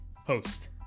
host